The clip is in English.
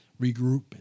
regroup